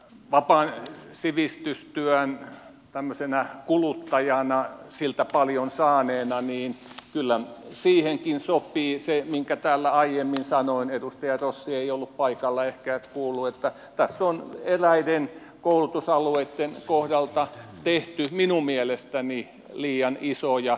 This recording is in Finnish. vapaan sivistystyön tämmöisenä kuluttajana siltä paljon saaneena sanon että kyllä siihenkin sopii se minkä täällä aiemmin sanoin edustaja rossi ei ollut paikalla ehkä et kuullut että tässä on eräiden koulutusalueitten kohdalta tehty minun mielestäni liian isoja säästöjä